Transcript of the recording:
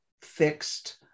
fixed